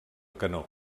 canó